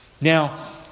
Now